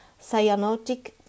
cyanotic